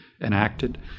enacted